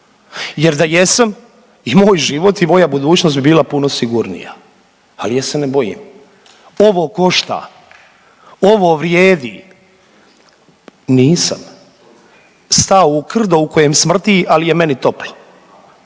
Jer da jesam i moj život i moja budućnost bi bila puno sigurnija, ali ja se ne bojim. Ovo košta, ovo vrijedi. Nisam stao u krdo u kojem smrdi, ali je meni toplo!